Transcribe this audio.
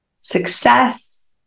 success